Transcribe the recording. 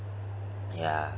ya